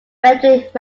frederick